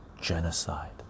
genocide